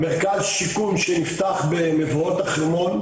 המרכז שיקום שנפתח במבואות החרמון,